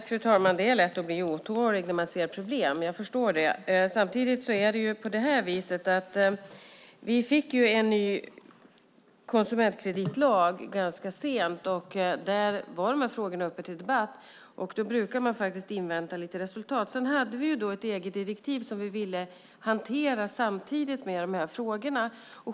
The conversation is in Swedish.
Fru talman! Det är lätt att bli otålig när man ser problem. Jag förstår det. Vi fick en ny konsumentkreditlag ganska sent. Där var de här frågorna uppe till debatt. Man brukar sedan faktiskt invänta lite resultat. Vi hade ett EG-direktiv som vi ville hantera samtidigt med de här frågorna.